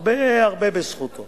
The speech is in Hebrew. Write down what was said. הרבה-הרבה בזכותו